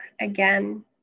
again